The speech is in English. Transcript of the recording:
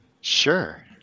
Sure